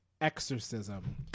exorcism